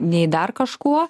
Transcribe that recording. nei dar kažkuo